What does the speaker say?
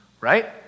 right